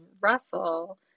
Russell